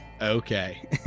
Okay